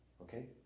Okay